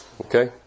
Okay